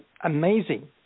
amazing